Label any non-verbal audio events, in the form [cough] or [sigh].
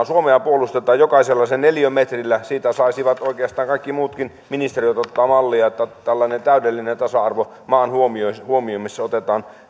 [unintelligible] suomea puolustetaan jokaisella sen neliömetrillä siitä saisivat oikeastaan kaikki muutkin ministeriöt ottaa mallia että tällainen täydellinen tasa arvo maan huomioimisessa huomioimisessa otetaan